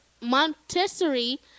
montessori